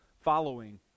following